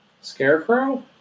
Scarecrow